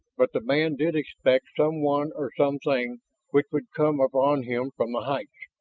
but the man did expect someone or something which would come upon him from the heights.